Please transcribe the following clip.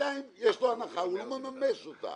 בינתיים יש לו הנחה והוא לא מממש אותה.